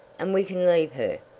and we can leave her,